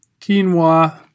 quinoa